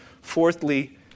Fourthly